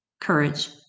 courage